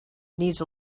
needs